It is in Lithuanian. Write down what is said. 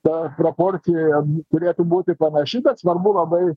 ta proporcija turėtų būti panaši bet svarbu labai